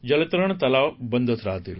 जलतरण तलाव बंदच राहतील